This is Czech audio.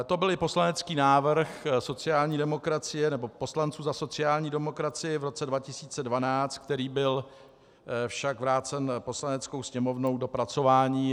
To byl i poslanecký návrh sociální demokracie, nebo poslanců za sociální demokracii, v roce 2012, který byl však vrácen Poslaneckou sněmovnou k dopracování.